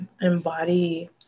embody